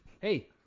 Hey